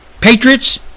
Patriots